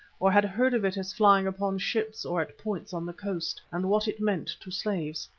or had heard of it as flying upon ships or at points on the coast, and what it meant to slaves.